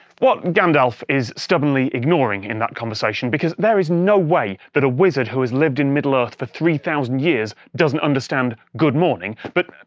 what gandalf is stubbornly ignoring in that conversation, because there's no way that a wizard who's lived in middle earth for three thousand years doesn't understand good morning but